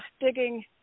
digging